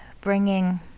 bringing